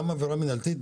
גם עבירה מינהלית,